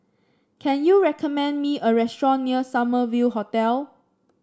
can you recommend me a restaurant near Summer View Hotel